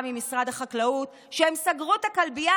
ממשרד החקלאות שהם סגרו את הכלבייה,